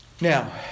Now